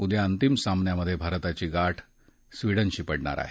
उद्या अंतिम सामन्यात भारताची गाठ स्वीडनशी पडणार आहे